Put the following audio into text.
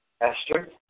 Esther